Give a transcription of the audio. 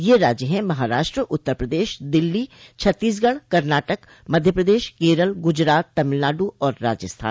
ये राज्य हैं महाराष्ट उत्तर प्रदेश दिल्ली छत्तीसगढ़ कर्नाटक मध्य प्रदेश केरल गुजरात तमिलनाडु और राजस्थान